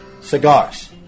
cigars